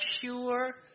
sure